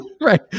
right